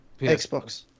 Xbox